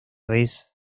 vez